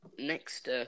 Next